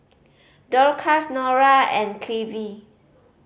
Dorcas Nora and Cliffie